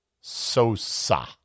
Sosa